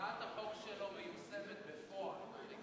הצעת החוק שלו מיושמת בפועל.